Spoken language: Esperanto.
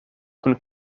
kun